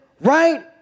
right